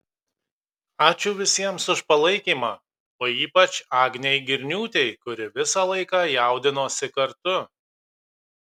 ačiū visiems už palaikymą o ypač agnei girniūtei kuri visą laiką jaudinosi kartu